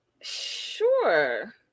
sure